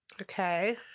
Okay